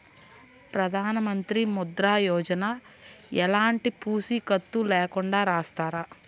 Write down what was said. ప్రధానమంత్రి ముద్ర యోజన ఎలాంటి పూసికత్తు లేకుండా ఇస్తారా?